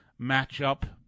matchup